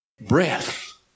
Breath